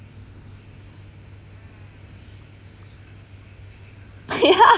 yeah